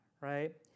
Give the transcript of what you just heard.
right